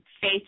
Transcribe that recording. faith